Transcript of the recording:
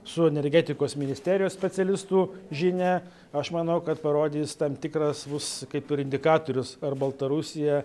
su energetikos ministerijos specialistų žinia aš manau kad parodys tam tikras bus kaip ir indikatorius ar baltarusija